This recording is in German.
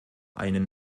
einen